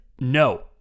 no